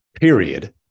Period